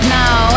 now